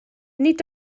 nid